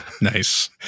Nice